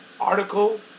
article